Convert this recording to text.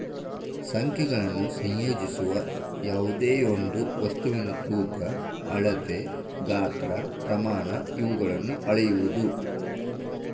ಸಂಖ್ಯೆಗಳನ್ನು ಸಂಯೋಜಿಸುವ ಯಾವ್ದೆಯೊಂದು ವಸ್ತುವಿನ ತೂಕ ಅಳತೆ ಗಾತ್ರ ಪ್ರಮಾಣ ಇವುಗಳನ್ನು ಅಳೆಯುವುದು